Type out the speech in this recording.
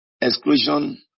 exclusion